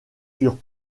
furent